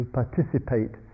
participate